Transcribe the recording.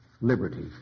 liberty